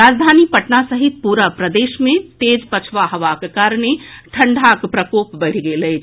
राजधानी पटना सहित पुरा प्रदेश मे तेज पछवा हवाक कारणे ठंढ़ाक प्रकोप बढि गेल अछि